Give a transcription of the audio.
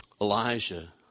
Elijah